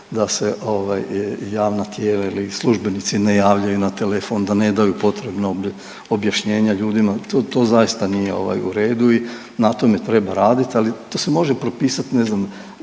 da se ovaj javna tijela ili službenici ne javljaju na telefon, da ne daju potrebna objašnjenja ljudima, to, to zaista nije ovaj u redu i na tome treba raditi, ali to se može propisat ne znam